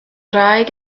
ngwraig